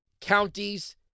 counties